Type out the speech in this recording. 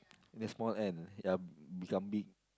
the small ant ya become big